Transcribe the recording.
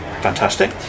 fantastic